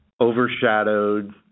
overshadowed